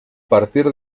partir